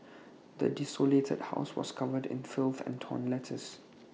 the desolated house was covered in filth and torn letters